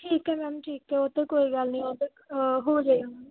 ਠੀਕ ਹੈ ਮੈਮ ਠੀਕ ਹੈ ਉਹ ਤਾਂ ਕੋਈ ਗੱਲ ਨਹੀਂ ਹੋ ਜਾਏਗਾ